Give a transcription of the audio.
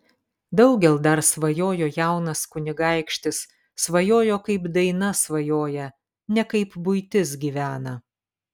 daugel dar svajojo jaunas kunigaikštis svajojo kaip daina svajoja ne kaip buitis gyvena